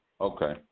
Okay